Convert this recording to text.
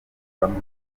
bamwe